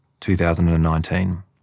2019